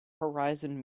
horizon